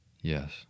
Yes